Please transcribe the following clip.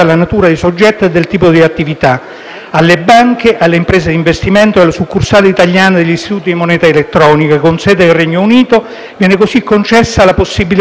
Alle banche, alle imprese di investimento e alle succursali italiane degli istituti di moneta elettronica con sede nel Regno Unito viene concessa la possibilità di continuare a operare per altri